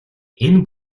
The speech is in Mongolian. энэ